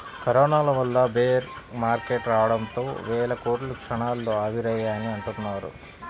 corona వల్ల bear market రావడంతో వేల కోట్లు క్షణాల్లో ఆవిరయ్యాయని అంటున్నారు